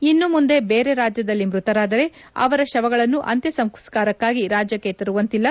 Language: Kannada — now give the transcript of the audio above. ಇನ್ನು ಮುಂದೆ ಬೇರೆ ರಾಜ್ಯದಲ್ಲಿ ಮ್ಯತರಾದರೆ ಅವರ ಶವಗಳನ್ನು ಅಂತ್ವ ಸಂಸ್ಕಾರಕ್ಕಾಗಿ ರಾಜ್ವಕ್ಕೆ ತರುವಂತಿಲ್ಲ